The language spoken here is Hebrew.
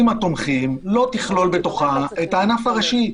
התומכים לא תכלול בתוכה את הענף הראשי.